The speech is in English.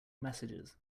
messages